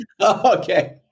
Okay